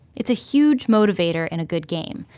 it's a huge motivator in a good game,